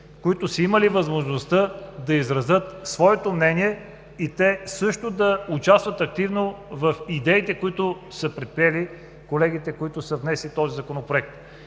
които са имали възможността да изразят своето мнение. Те също участват активно в идеите, които са предприели колегите, внесли този Законопроект.